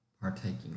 partaking